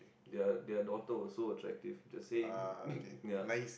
their their daughter also attractive the same